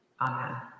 Amen